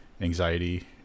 anxiety